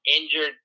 injured